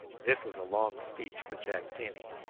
this was a long speech for jack penny,